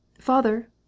Father